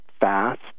fast